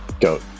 go